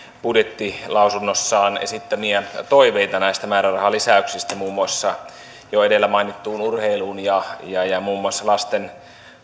budjettilausunnossaan esittämiä toiveita näistä määrärahalisäyksistä muun muassa jo edellä mainittuun urheiluun ja ja muun muassa lasten